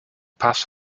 paths